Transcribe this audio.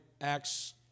Acts